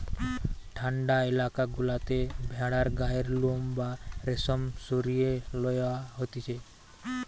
ঠান্ডা এলাকা গুলাতে ভেড়ার গায়ের লোম বা রেশম সরিয়ে লওয়া হতিছে